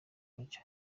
roger